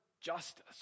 justice